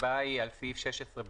הצבעה היא על סעיף 16ב(ג).